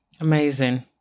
Amazing